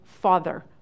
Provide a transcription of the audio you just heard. father